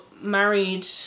married